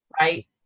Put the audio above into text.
right